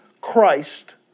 Christ